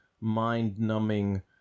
mind-numbing